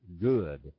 good